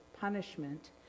punishment